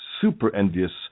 super-envious